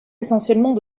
essentiellement